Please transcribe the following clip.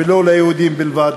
ולא ליהודים בלבד.